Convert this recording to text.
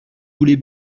voulez